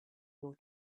your